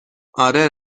آره